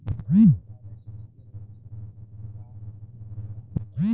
फारेस्ट के लक्षण का होला?